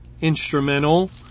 instrumental